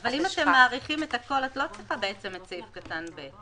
-- אבל אם אתם מאריכים את הכל את לא צריכה את סעיף קטן (ב),